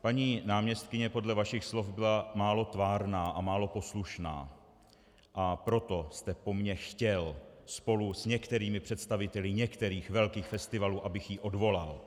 Paní náměstkyně podle vašich slov byla málo tvárná a málo poslušná, a proto jste po mně chtěl spolu s některými představiteli některých velkých festivalů, abych ji odvolal.